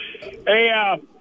Hey